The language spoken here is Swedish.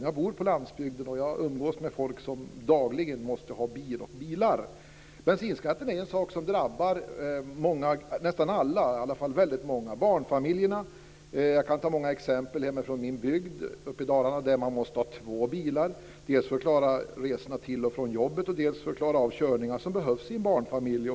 Jag bor på landsbygden och umgås med folk som dagligen måste ha bil och bilar. Bensinskatten är en sak som drabbar nästan alla, i alla fall väldigt många, t.ex. barnfamiljerna. Jag kan ta många exempel hemifrån min bygd uppe i Dalarna där man måste ha två bilar, dels för att klara resorna till och från jobbet, dels för att klara av körningar som behövs i en barnfamilj.